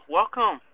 Welcome